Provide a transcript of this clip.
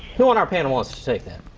who on our panel wants to take that?